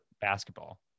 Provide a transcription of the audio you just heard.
basketball